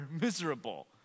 miserable